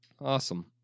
Awesome